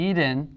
Eden